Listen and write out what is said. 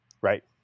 Right